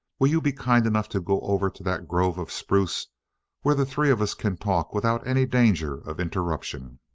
will you be kind enough to go over to that grove of spruce where the three of us can talk without any danger of interruption?